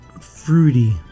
fruity